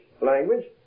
language